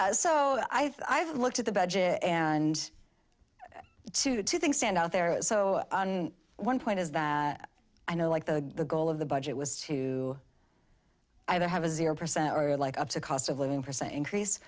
thought i've looked at the budget and two two things stand out there so one point is that i know like the goal of the budget was to either have a zero percent or like up to cost of living percent increase